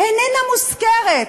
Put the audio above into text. איננה מוזכרת.